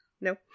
No